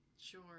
Sure